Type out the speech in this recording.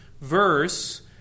verse